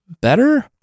better